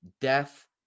death